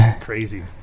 Crazy